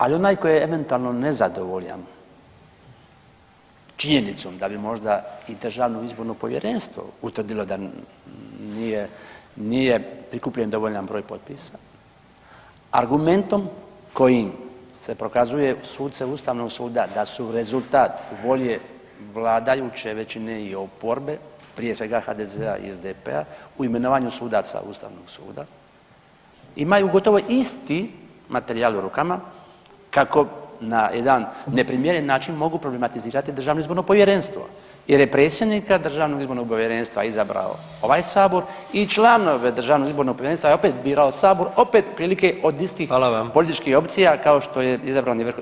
Ali onaj tko je eventualno nezadovoljan činjenicom da bi možda i Državno izborno povjerenstvo utvrdilo da nije prikupljen dovoljan broj potpisa argumentom koji se prokazuje suce Ustavnog suda da su rezultat volje vladajuće većine i oporbe, prije svega HDZ-a i SDP-a u imenovanju sudaca Ustavnog suda imaju gotovo isti materijal u rukama kako na jedan neprimjeren način mogu problematizirati Državno izborno povjerenstvo jer je predsjednika Državnog izbornog povjerenstva izabrao ovaj Sabor i članove Državnog izbornog povjerenstva je opet birao Sabor opet otprilike od istih političkih opcija kao što je izabran i Ustavni sud.